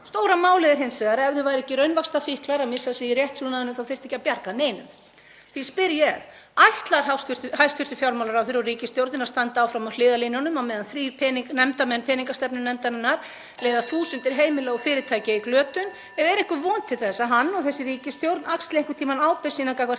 Stóra málið er hins vegar að ef þau væru ekki raunvaxtafíklar að missa sig í rétttrúnaðinn þá þyrfti ekki að bjarga neinum. Því spyr ég: Ætlar hæstv. fjármálaráðherra og ríkisstjórnin að standa áfram á hliðarlínunni á meðan þrír nefndarmenn peningastefnunefndarinnar leiða þúsundir heimila og fyrirtækja í glötun? Er einhver von til þess að hann og þessi ríkisstjórn axli einhvern tímann ábyrgð sína gagnvart